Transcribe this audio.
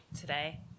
today